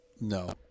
No